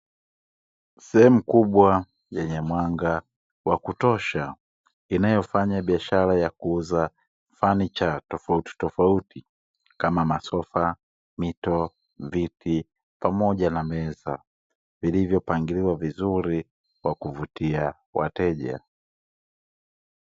Sehemu kubwa yenye mwanga wa kutosha, inayofanya biashara ya kuuza fanicha tofautitofauti, kama; masofa, mito, viti, pamoja na meza, vilivyopangiliwa vizuri kwa kuvutia wateja.